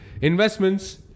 Investments